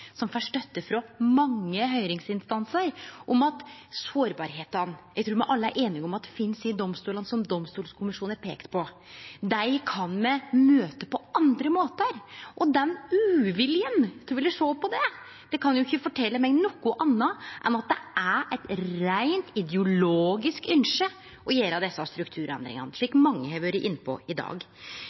som får støtte frå mange høyringsinstansar, om at sårbarheitene som eg trur me alle er einige om finst i domstolane, som domstolkommisjonen har peikt på, kan me møte på andre måtar. Den uviljen til å ville sjå på det kan ikkje fortelje meg noko anna enn at det er eit reint ideologisk ønske å gjere desse strukturendringane, slik mange har vore inne på i dag.